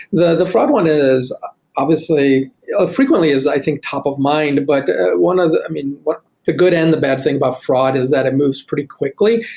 the the fraud one is obviously frequently as i think top of mind but one of the i mean the good and the bad thing about fraud is that it moves pretty quickly.